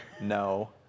No